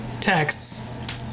texts